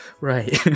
right